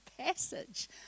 passage